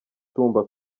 tumba